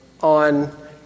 on